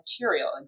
material